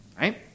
right